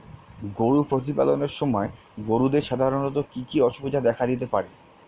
গরু প্রতিপালনের সময় গরুদের সাধারণত কি কি অসুবিধা দেখা দিতে পারে?